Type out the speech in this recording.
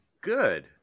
good